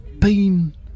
pain